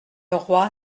roi